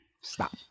Stop